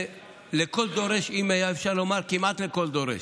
זה לכל דורש, אם היה אפשר לומר, כמעט לכל דורש.